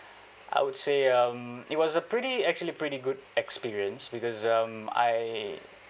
I would say um it was a pretty actually pretty good experience because um I